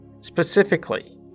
Specifically